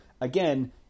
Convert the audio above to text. again